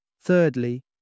Thirdly